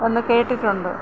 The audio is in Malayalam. എന്ന് കേട്ടിട്ടുണ്ട്